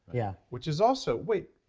yeah which is also, wait,